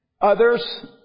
Others